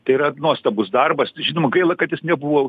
tai yra nuostabus darbas žinoma gaila kad jis nebuvo